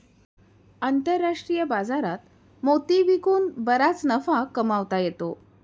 आंतरराष्ट्रीय बाजारात मोती विकून बराच नफा कमावता येतो